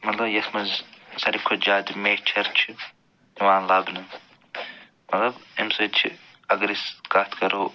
مطلب یتھ منٛز ساری کھۄتہٕ زیادٕ میچھر چھِ یِوان لبنہٕ مطلب اَمہِ سۭتۍ چھِ اگر أسۍ کتھ کَرو